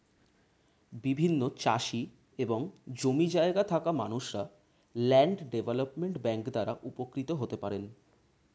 বিভিন্ন চাষি এবং জমি জায়গা থাকা মানুষরা ল্যান্ড ডেভেলপমেন্ট ব্যাংক দ্বারা উপকৃত হতে পারেন